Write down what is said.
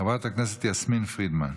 חברת הכנסת יסמין פרידמן.